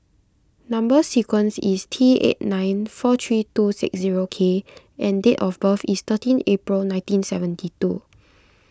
Number Sequence is T eight nine four three two six zero K and date of birth is thirteen April nineteen seventy two